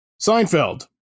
Seinfeld